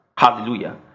hallelujah